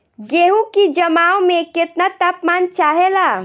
गेहू की जमाव में केतना तापमान चाहेला?